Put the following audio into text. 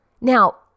Now